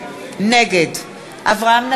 נגד אברהם נגוסה,